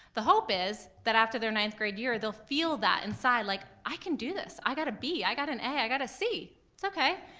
the hope is that after their ninth grade year, they'll feel that inside, like i can do this i got a b, i got an a, i got a c, it's okay,